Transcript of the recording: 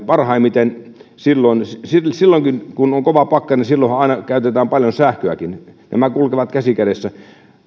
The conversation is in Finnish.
parhaiten silloin kun kun on kova pakkanen silloinhan aina käytetään paljon sähköäkin nämä kulkevat käsi kädessä